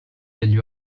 degli